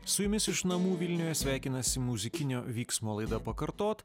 su jumis iš namų vilniuje sveikinasi muzikinio vyksmo laida pakartot